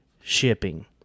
shipping